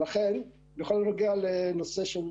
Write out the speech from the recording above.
ולכן בכל הנוגע לנושא של